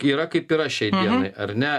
yra kaip yra šiai dienai ar ne